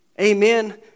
amen